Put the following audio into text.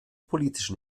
politischen